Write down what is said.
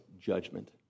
judgment